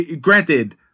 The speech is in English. granted